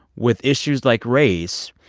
with issues like race,